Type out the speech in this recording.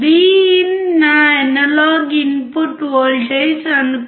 Vin నా analogue input voltage అనుకుందాం